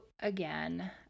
again